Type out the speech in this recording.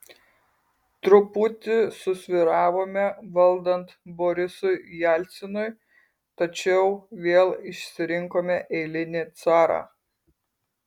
truputį susvyravome valdant borisui jelcinui tačiau vėl išsirinkome eilinį carą